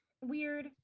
weird